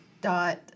dot